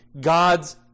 God's